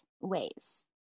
ways